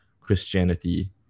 Christianity